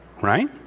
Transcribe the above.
right